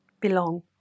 belong